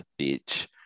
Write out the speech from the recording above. bitch